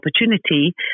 opportunity